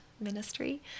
ministry